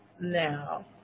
Now